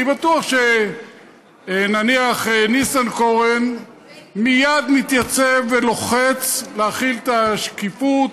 אני בטוח שנניח ניסנקורן מייד מתייצב ולוחץ להחיל את השקיפות,